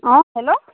অঁ হেল্ল'